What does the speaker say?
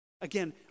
Again